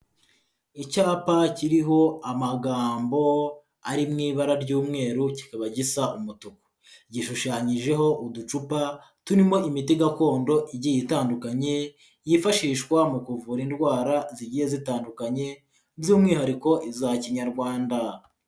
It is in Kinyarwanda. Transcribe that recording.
Icyapa kiriho amagambo ari mu ibara ry'umweru kikaba gisa umutuku. Gishushanyijeho uducupa turimo imiti gakondo igiye itandukanye, yifashishwa mu kuvura indwara zigiye zitandukanye by'umwihariko iza Kinyarwanda.